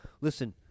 Listen